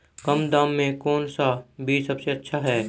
कम दाम में कौन सा बीज सबसे अच्छा है?